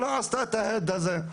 שלא עשתה את ההד הזה.